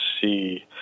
see